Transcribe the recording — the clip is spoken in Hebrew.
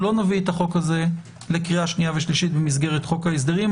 נביא את החוק הזה לקריאה שנייה ושלישית במסגרת חוק ההסדרים.